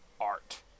art